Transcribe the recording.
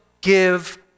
give